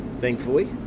thankfully